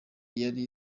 yari